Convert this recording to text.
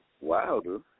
Wilder